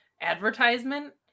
advertisement